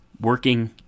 working